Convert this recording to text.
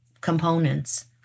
components